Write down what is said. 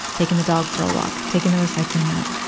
taking the dog for a walk, taking the recycling out.